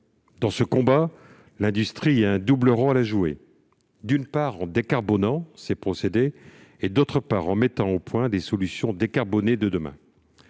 Dans ce combat, l'industrie a un double rôle à jouer : d'une part, en décarbonant ses procédés ; d'autre part, en mettant au point les solutions décarbonées de demain.